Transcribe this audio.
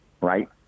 right